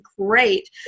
great